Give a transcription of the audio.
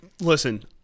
listen